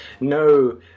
no